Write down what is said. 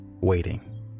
waiting